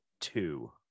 two